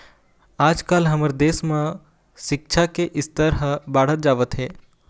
आजकाल हमर देश म सिक्छा के स्तर ह बाढ़त जावत हे